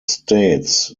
states